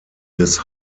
des